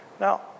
Now